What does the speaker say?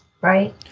right